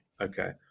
okay